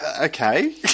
okay